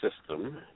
system